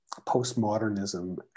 postmodernism